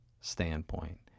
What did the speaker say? standpoint